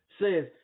Says